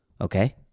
Okay